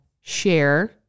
share